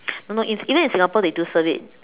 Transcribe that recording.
no no in even in Singapore they do serve it